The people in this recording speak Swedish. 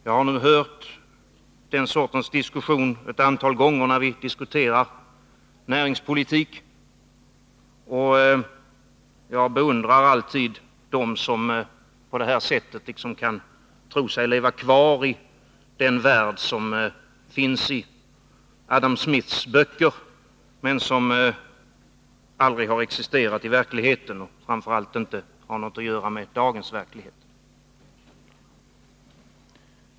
Jag har hört den sortens diskussion ett antal gånger när vi debatterat näringspolitik, och jag beundrar alltid dem som på det här sättet kan tro sig leva kvar i den värld som finns i Adam Smiths böcker, men som aldrig har existerat i verkligheten och som framför allt inte har något att göra med dagens verklighet.